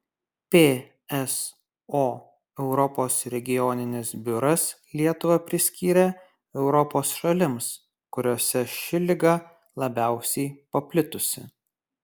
pso europos regioninis biuras lietuvą priskyrė europos šalims kuriose ši liga labiausiai paplitusi